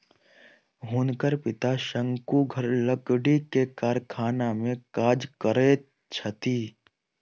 हुनकर पिता शंकुधर लकड़ी के कारखाना में काज करैत छथि